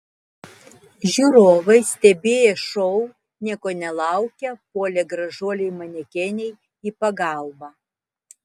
žiūrovai stebėję šou nieko nelaukę puolė gražuolei manekenei į pagalbą